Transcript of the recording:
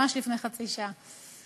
ממש לפני חצי שעה.